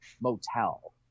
motel